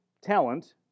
talent